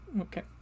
Okay